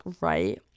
right